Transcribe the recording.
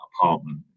apartment